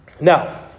Now